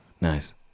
Nice